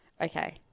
Okay